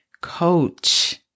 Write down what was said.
coach